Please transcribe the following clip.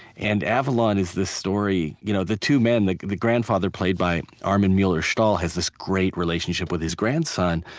and avalon is this story you know the two men the the grandfather, played by armin mueller-stahl, has this great relationship with his grandson,